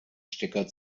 stecker